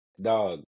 Dog